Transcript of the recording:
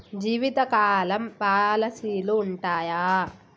జీవితకాలం పాలసీలు ఉంటయా?